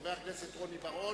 חבר הכנסת רוני בר-און.